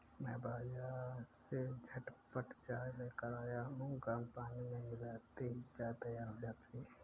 मैं बाजार से झटपट चाय लेकर आया हूं गर्म पानी में मिलाते ही चाय तैयार हो जाती है